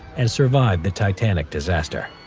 and survived the titanic disaster.